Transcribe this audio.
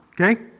Okay